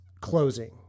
closing